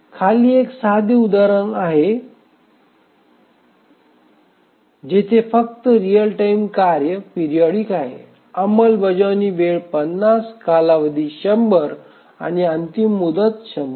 खाली एक साधे उदाहरण आहे जेथे फक्त एकच रिअल टाइम कार्य पिरियॉडिक आहे अंमलबजावणीची वेळ 50 कालावधी 100 आणि अंतिम मुदत 100 आहे